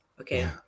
okay